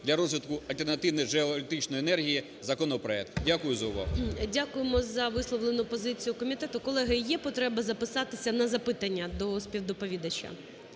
для розвитку з альтернативних джерел електричної енергії законопроект. Дякую за увагу. ГОЛОВУЮЧИЙ. Дякуємо за висловлену позицію комітету. Колеги, є потреба записатися на запитання до співдоповідача?